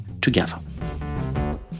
together